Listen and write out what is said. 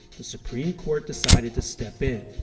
the supreme court decided to step in.